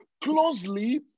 closely